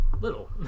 little